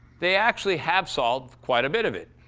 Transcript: they actually have solved quite a bit of it.